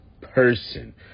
person